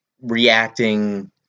reacting